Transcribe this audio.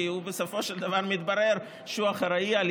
כי בסופו של דבר מתברר שהוא אחראי על